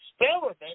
experiment